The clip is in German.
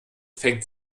fängt